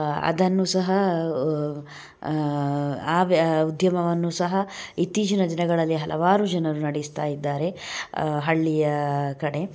ಅದನ್ನು ಸಹ ಆ ವ್ಯ ಉದ್ಯಮವನ್ನು ಸಹ ಇತ್ತೀಚಿನ ದಿನಗಳಲ್ಲಿ ಹಲವಾರು ಜನರು ನಡೆಸ್ತಾಯಿದ್ದಾರೆ ಹಳ್ಳಿಯ ಕಡೆ